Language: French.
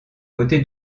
côté